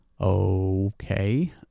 Okay